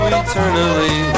eternally